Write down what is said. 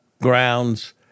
grounds